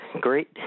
Great